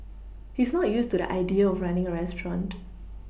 he's not used to the idea of running a restaurant